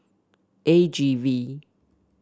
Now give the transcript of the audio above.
A G V